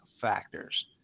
factors